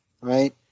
right